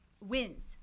Wins